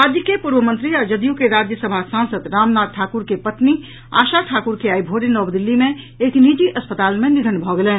राज्य के पूर्व मंत्री आ जदयू के राज्यसभा सांसद रामनाथ ठाकुर के पत्नी आशा ठाकुर के आई भोरे नव दिल्ली मे एक निजी अस्पताल मे निधन भऽ गेलनि